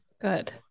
good